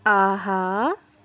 ஆஹா